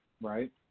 right